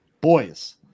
Boys